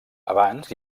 abans